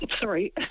sorry